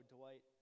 Dwight